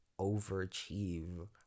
overachieve